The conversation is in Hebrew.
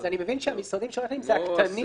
אני מבין שזה הקטנים.